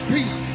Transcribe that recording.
Peace